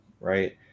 right